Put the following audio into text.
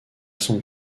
son